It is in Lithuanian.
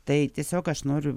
tai tiesiog aš noriu